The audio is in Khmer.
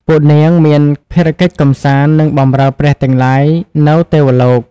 ពួកនាងមានភារកិច្ចកំសាន្ត និងបម្រើព្រះទាំងឡាយនៅទេវលោក។